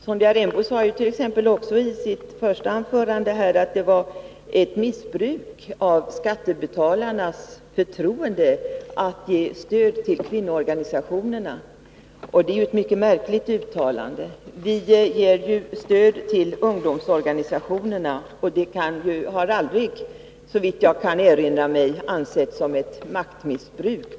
Sonja Rembo sade t.ex. i sitt första anförande att det var ett missbruk av skattebetalarnas förtroende att ge stöd till kvinnoorganisationerna. Det är ett mycket märkligt uttalande. Vi ger ju stöd till ungdomsorganisationerna och det har aldrig, såvitt jag kan erinra mig, ansetts som ett maktmissbruk.